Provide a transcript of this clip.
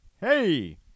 Hey